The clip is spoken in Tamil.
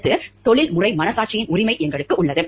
அடுத்து தொழில்முறை மனசாட்சியின் உரிமை எங்களுக்கு உள்ளது